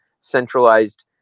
centralized